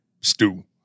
stew